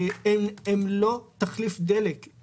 הם לא תחליף דלק.